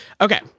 Okay